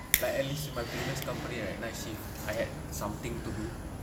like at least in my previous company right night shift I had something to do